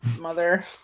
mother